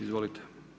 Izvolite.